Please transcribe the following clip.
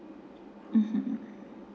mmhmm